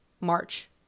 March